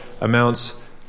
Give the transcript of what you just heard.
amounts